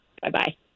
Bye-bye